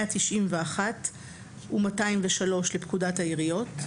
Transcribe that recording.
191 ו־203 לפקודת העיריות,